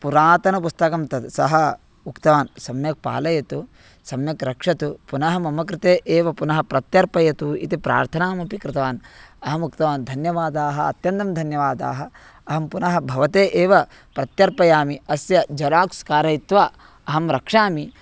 पुरातनं पुस्तकं तद् सः उक्तवान् सम्यक् पालयतु सम्यक् रक्षतु पुनः मम कृते एव पुनः प्रत्यर्पयतु इति प्रार्थनामपि कृतवान् अहमुक्तवान् धन्यवादाः अत्यन्तं धन्यवादाः अहं पुनः भवते एव प्रत्यर्पयामि अस्य जेराक्स् कारयित्वा अहं रक्षामि